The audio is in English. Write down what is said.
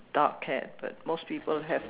dark haired but most people have